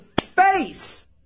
face